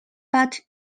but